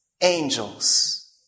angels